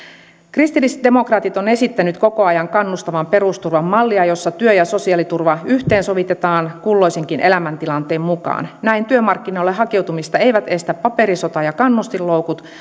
kristillisdemokraatit ovat esittäneet koko ajan kannustavan perusturvan mallia jossa työ ja sosiaaliturva yhteensovitetaan kulloisenkin elämäntilanteen mukaan näin työmarkkinoille hakeutumista eivät estä paperisota ja kannustinloukut